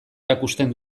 erakusten